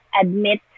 admit